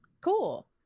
cool